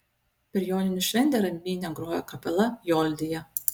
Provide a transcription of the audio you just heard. per joninių šventę rambyne grojo kapela joldija